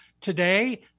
today